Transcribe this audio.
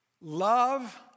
Love